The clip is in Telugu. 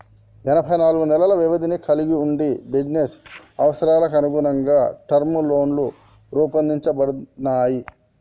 ఎనబై నాలుగు నెలల వ్యవధిని కలిగి వుండి బిజినెస్ అవసరాలకనుగుణంగా టర్మ్ లోన్లు రూపొందించబడినయ్